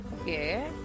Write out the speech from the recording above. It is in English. Okay